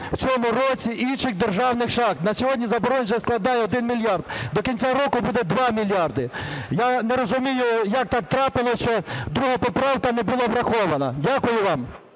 в цьому році інших державних шахт. На сьогодні заборгованість вже складає 1 мільярд. До кінця року буде 2 мільярди. Я не розумію, як так трапилось, що друга поправка не була врахована. Дякую вам.